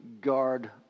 guard